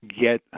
get